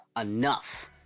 enough